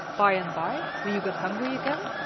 by and by, when you get hungry again,